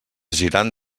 girant